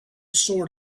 sword